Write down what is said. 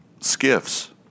skiffs